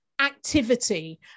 activity